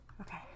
Okay